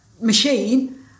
machine